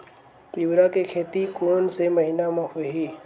तीवरा के खेती कोन से महिना म होही?